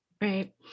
right